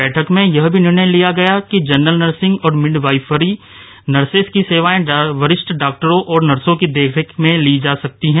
बैठक में यह भी निर्णय लिया गया की जनरल नर्सिंग और मिडवाइफरी नर्सेस की सेवाएं वरिष्ठ डॉक्टरों और नर्सो की देखरेख में ली जा सकती है